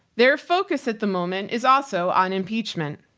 their focus at the moment is also on impeachment.